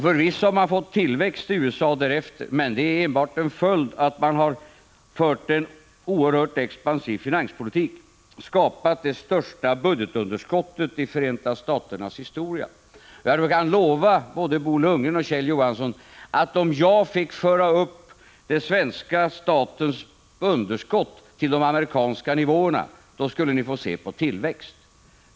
Förvisso har det skett en tillväxt i USA därefter, men det är uppenbart en följd av att man har fört en oerhört expansiv finanspolitik och skapat det största budgetunderskottet i Förenta Staternas historia. Jag kan lova Bo Lundgren och Kjell Johansson att om jag fick föra upp den svenska statens underskott till de amerikanska nivåerna, då skulle ni få se på tillväxt.